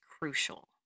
crucial